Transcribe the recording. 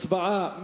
הצבעה.